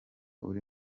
uri